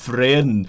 Friend